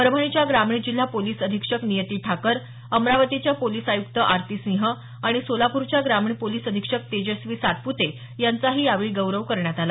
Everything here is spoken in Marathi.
परभणीच्या ग्रामीण जिल्हा पोलिस अधिक्षक नियती ठाकर अमरावतीच्या पोलिस आय्क्त आरती सिंह आणि सोलापूरच्या ग्रामीण पोलिस अधिक्षक तेजस्वी सातप्ते यांचाही यावेळी गौरव करण्यात आला